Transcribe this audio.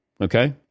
Okay